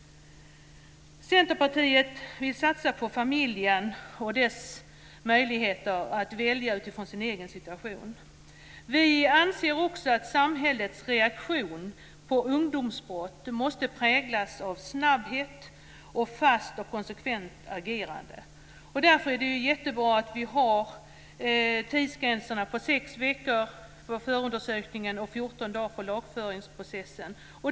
Centerpartiet vill satsa på familjen och dess möjligheter att välja utifrån sin egen situation. Vi anser också att samhällets reaktion på ungdomsbrott måste präglas av snabbhet och fast och konsekvent agerande. Därför är det bra att vi har tidsgränserna på sex veckor för förundersökningen och 14 dagar för lagföringsprocessen.